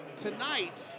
Tonight